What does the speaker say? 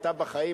היתה בחיים,